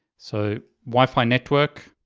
so, wifi network,